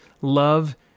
love